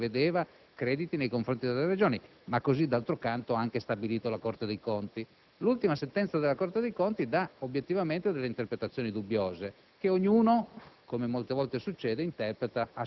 postazione prevedeva crediti nei confronti della Regione, come d'altro canto ha anche stabilito la Corte dei conti. L'ultima sentenza della Corte dei conti dà obiettivamente interpretazioni dubbiose che ognuno,